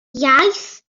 iaith